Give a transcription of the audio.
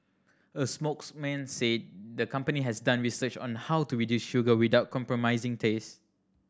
a spokesman said the company has done research on how to reduce sugar without compromising taste